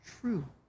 true